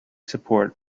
support